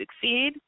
succeed